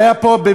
זה היה פה,